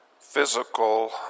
physical